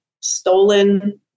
stolen